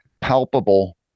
palpable